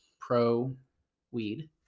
pro-weed